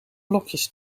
blokjes